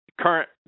current